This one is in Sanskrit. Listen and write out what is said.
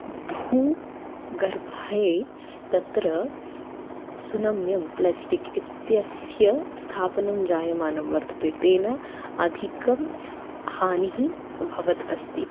भूगर्भायै तत्र सुनम्यं प्लेस्टिक् इत्यस्य स्थापनं जायमानं वर्तते तेन अधिकं हानिः भवत् अस्ति